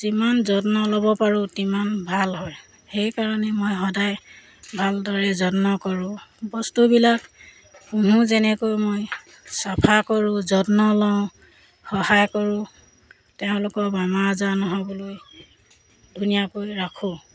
যিমান যত্ন ল'ব পাৰোঁ সিমান ভাল হয় সেইকাৰণে মই সদায় ভালদৰে যত্ন কৰোঁ বস্তুবিলাক পুহোঁ যেনেকৈ মই চফা কৰোঁ যত্ন লওঁ সহায় কৰোঁ তেওঁলোকৰ বেমাৰ আজাৰ নহ'বলৈ ধুনীয়াকৈ ৰাখোঁ